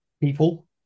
people